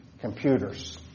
computers